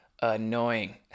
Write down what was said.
annoying